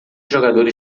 jogadores